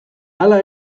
hala